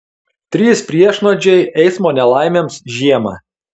trys priešnuodžiai eismo nelaimėms žiemą